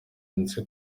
ndetse